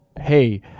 Hey